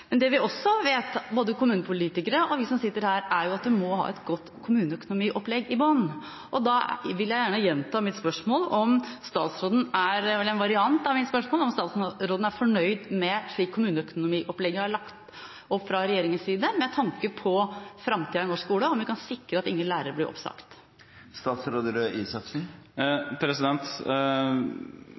Men det vi også vet, både kommunepolitikere og vi som sitter her, er at en må ha et godt kommuneøkonomiopplegg i bunnen. Da vil jeg gjerne gjenta mitt spørsmål, eller en variant av det: Er statsråden fornøyd, slik kommuneøkonomiopplegget er lagt opp fra regjeringens side, med tanke på framtida i norsk skole? Kan vi sikre at ingen lærere blir oppsagt?